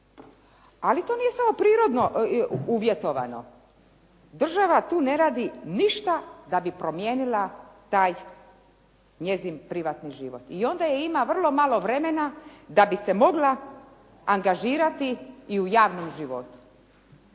Ali to nije samo prirodno uvjetovano. Država tu ne radi ništa da bi promijenila taj njezin privatni život. I onda je imala vrlo malo vremena da bi se mogla angažirati i u javnom životu.